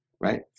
right